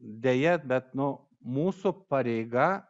deja bet nu mūsų pareiga